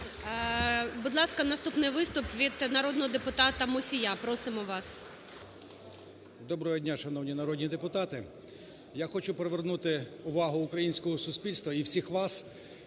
Доброго дня, шановні народні депутати! Я хочу привернути увагу українського суспільства і всіх вас